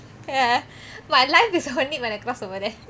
ya my life is on it when I cross over there